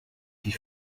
die